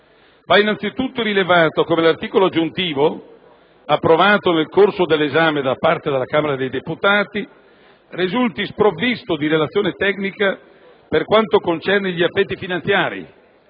Va innanzitutto rilevato come l'articolo aggiuntivo, approvato nel corso dell'esame da parte della Camera dei deputati, risulti sprovvisto di relazione tecnica per quanto concerne gli effetti finanziari,